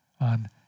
on